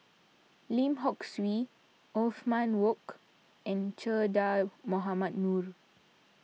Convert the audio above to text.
Lim Hock Siew Othman Wok and Che Dah Mohamed Noor